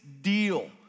deal